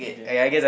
okay